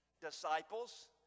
disciples